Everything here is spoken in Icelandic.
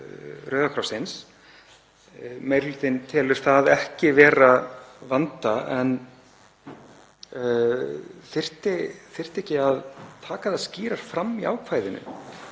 Rauða krossins. Meiri hlutinn telur það ekki vera vanda, en þyrfti ekki að taka það skýrar fram í ákvæðinu